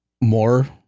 more